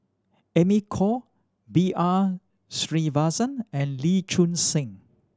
Amy Khor B R Sreenivasan and Lee Choon Seng